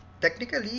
Technically